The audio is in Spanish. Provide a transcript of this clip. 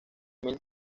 mil